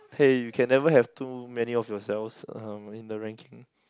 hey you can never have too many of yourselves um in the ranking